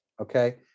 okay